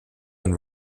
and